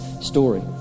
story